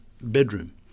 bedroom